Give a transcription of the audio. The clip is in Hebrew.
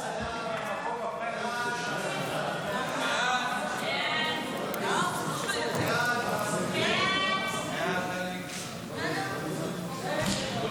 הודעת הממשלה על העברת סמכויות משר הכלכלה והתעשייה לשר העבודה